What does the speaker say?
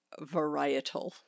varietal